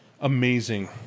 amazing